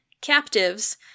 captives